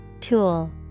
Tool